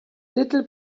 little